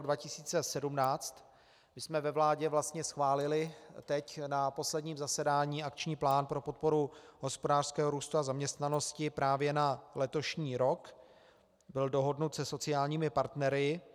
My jsme ve vládě vlastně schválili teď na posledním zasedání akční plán pro podporu hospodářského růstu a zaměstnanosti právě na letošní rok, byl dohodnut se sociálními partnery.